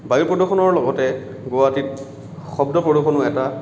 বায়ু প্ৰদূষণৰ লগতে গুৱাহাটীত শব্দ প্ৰদূষণো এটা